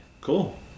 Cool